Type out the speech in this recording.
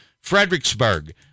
Fredericksburg